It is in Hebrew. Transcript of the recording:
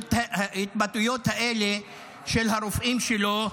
ההתבטאויות האלה של הרופאים שלו,